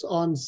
on